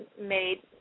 made –